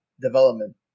development